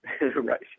Right